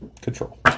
Control